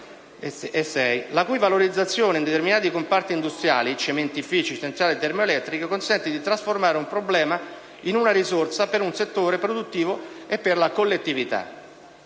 la cui valorizzazione in determinati comparti industriali (cementifici, centrali termoelettriche) consente di trasformare un problema in una risorsa per un settore produttivo e per la collettività.